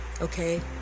okay